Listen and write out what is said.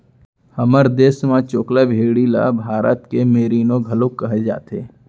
हमर देस म चोकला भेड़ी ल भारत के मेरीनो घलौक कहे जाथे